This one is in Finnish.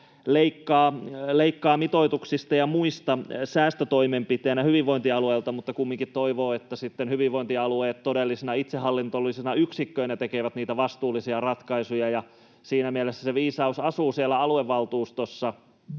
mitoituksista ja muista, niin se kumminkin toivoo, että sitten hyvinvointialueet todellisina itsehallinnollisina yksikköinä tekevät niitä vastuullisia ratkaisuja. Siinä mielessä se viisaus asuu siellä aluevaltuustossa,